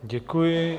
Děkuji.